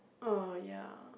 oh ya